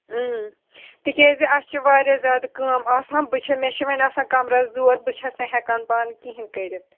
تِکیٛازٕ اَسہِ چھِ واریاہ زیادٕ کٲم آسان بہٕ چھِ مےٚ چھِ وۄنۍ آسان کمرَس دود بہٕ چھَس نہٕ ہٮ۪کان پانہٕ کِہیٖنۍ کٔرِتھ